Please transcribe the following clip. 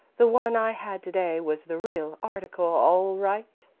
the one i had to-day was the real article, all right.